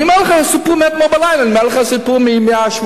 אני מספר לך סיפור מאתמול בלילה,